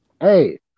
hey